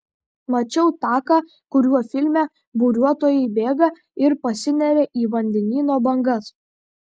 mačiau taką kuriuo filme buriuotojai bėga ir pasineria į vandenyno bangas